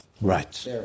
Right